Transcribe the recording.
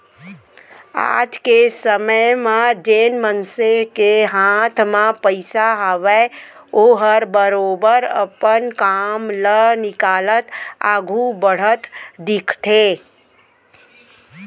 आज के समे म जेन मनसे के हाथ म पइसा हावय ओहर बरोबर अपन काम ल निकालत आघू बढ़त दिखथे